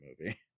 movie